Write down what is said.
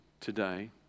today